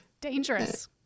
Dangerous